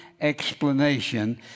explanation